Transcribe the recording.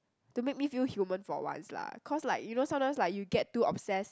to make me feel human for once lah cause like you know sometimes like you get too obsessed